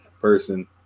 person